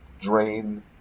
drain